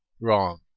Wrong